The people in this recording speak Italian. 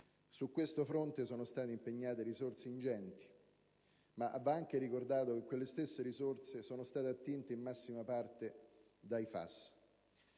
Su questo fronte sono state impegnate risorse ingenti, ma va anche ricordato che quelle stesse risorse sono state attinte, in massima parte, dal FAS